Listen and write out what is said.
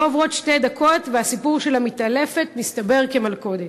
לא עוברות שתי דקות והסיפור של המתעלפת מסתבר כמלכודת.